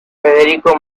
federico